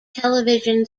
television